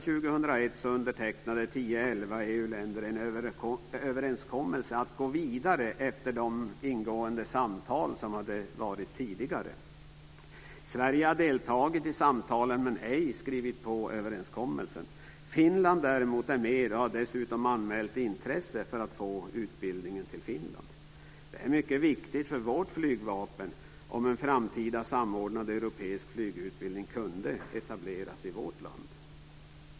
länder en överenskommelse om att gå vidare, efter de ingående samtal som hade varit tidigare. Sverige har deltagit i samtalen men ej skrivit på överenskommelsen. Finland är däremot med och har dessutom anmält intresse för att få utbildningen till Finland. Det är mycket viktigt för vårt flygvapen om en framtida samordnad europeisk flygutbildning kunde etableras i vårt land.